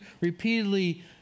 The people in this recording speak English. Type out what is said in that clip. repeatedly